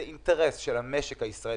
זה אינטרס של המשק הישראלי,